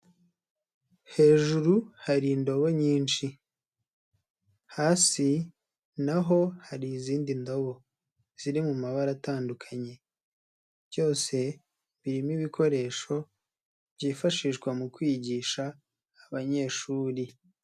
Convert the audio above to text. Hejuru hari indobo nyinshi, hasi na ho hari izindi ndabo ziri mu mabara atandukanye, byose birimo ibikoresho byifashishwa mu kwigisha abanyeshuri.